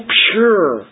pure